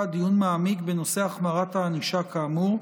דיון מעמיק בנושא החמרת הענישה כאמור,